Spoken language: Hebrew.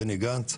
בני גנץ.